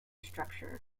structure